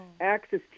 access